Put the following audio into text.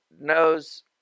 knows